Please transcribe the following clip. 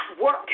work